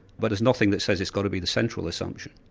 but there's nothing that says it's got to be the central assumption.